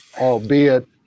albeit